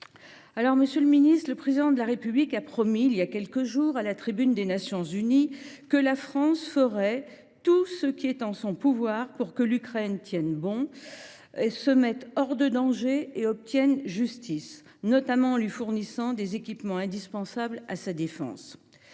la France en Europe. Le Président de la République a promis il y a quelques jours, à la tribune des Nations unies, que la France ferait « tout ce qui est en son pouvoir pour que l’Ukraine tienne bon, se mette hors de danger et obtienne justice », notamment en lui fournissant « des équipements indispensables à sa défense